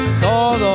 todo